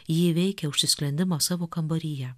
ji įveikia užsisklendimą savo kambaryje